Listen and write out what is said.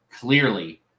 clearly